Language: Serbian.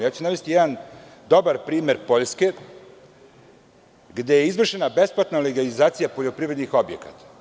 Navešću jedan dobar primer Poljske gde je izvršena besplatna legalizacija poljoprivrednih objekata.